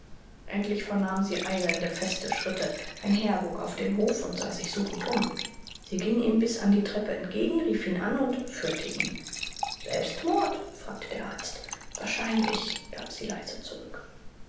endlich vernahm sie eilende feste schritte ein herr bog auf den hof und sah sich suchend um sie ging ihm bis an die treppe entgegen rief ihn an und führte ihn selbstmord fragte der arzt wahrscheinlich gab sie leise zurück